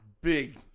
Big